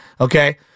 okay